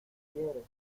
quiere